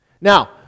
Now